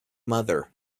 mother